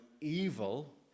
evil